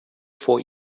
vor